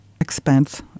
expense